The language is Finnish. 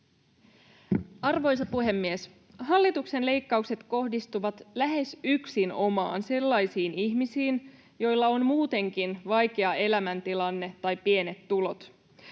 Arvoisa puhemies! Hallituksen leikkaukset kohdistuvat lähes yksinomaan sellaisiin ihmisiin, joilla on muutenkin vaikea elämäntilanne tai pienet tulot.